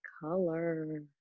color